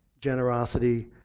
generosity